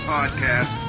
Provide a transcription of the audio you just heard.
Podcast